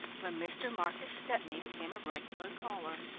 when mr. marcus stepney became a regular caller.